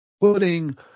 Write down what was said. putting